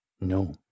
no